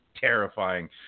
terrifying